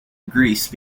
grease